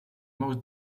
most